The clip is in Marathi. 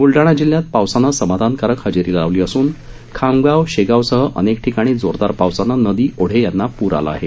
बुलडाणा जिल्ह्यात पावसानं समाधानकारक हजेरी लावली असुन खामगाव शेगावसह अनेक ठिकाणी जोरदार पावसानं नदी ओढे यांना पूर आला आहे